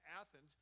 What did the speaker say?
Athens